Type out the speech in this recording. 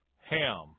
Ham